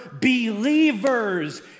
believers